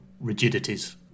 rigidities